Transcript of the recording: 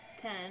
Ten